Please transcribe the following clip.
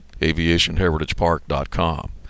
aviationheritagepark.com